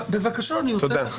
בבקשה, אני יוצא.